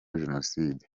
jenoside